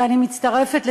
ואני מצטרפת,